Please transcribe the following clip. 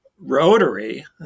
Rotary